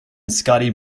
scotti